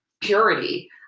purity